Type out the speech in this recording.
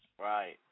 Right